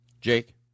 Jake